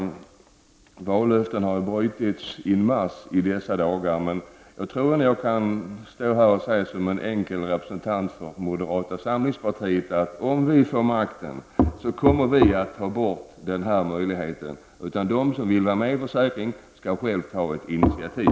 Många vallöften har brutits i dessa dagar. Men jag tror att jag som en enkel representant för moderata samlingspartiet kan säga att om vi får makten kommer vi att ta bort denna möjlighet. I stället kommer de som vill tecka en försäkring själva att få ta ett initiativ.